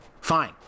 Fine